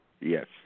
Yes